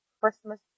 Christmas